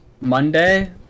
Monday